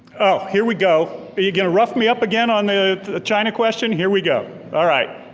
oh, here we go, but you gonna rough me up again on the china question? here we go, alright,